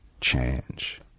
change